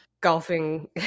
golfing